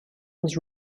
was